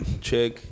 Check